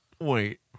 wait